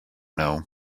know